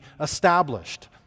established